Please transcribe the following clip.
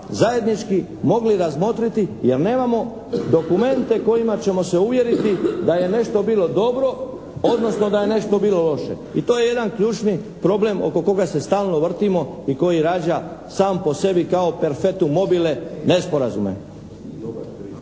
zajednički mogli razmotriti jer nemamo dokumente kojima ćemo se uvjeriti da je nešto bilo dobro odnosno da je nešto bilo loše, i to je jedan ključni problem oko koga se stalno vrtimo i koji rađa sam po sebi kao perpetuum mobile nesporazume.